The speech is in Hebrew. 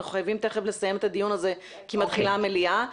אנחנו חייבים תיכף לסיים את הדיון הזה כי מתחילה המליאה,